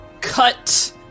cut